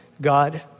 God